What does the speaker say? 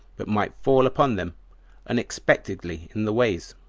but might fall upon them unexpectedly in the ways,